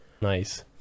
Nice